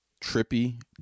Trippy